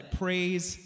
praise